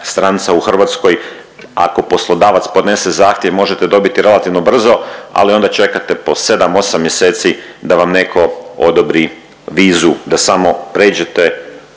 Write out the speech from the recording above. u Hrvatskoj, ako poslodavac podnese zahtjev možete dobiti relativno brzo ali onda čekate po 7-8 mjeseci da vam netko odobri vizu, da samo pređete